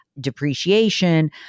depreciation